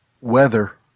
weather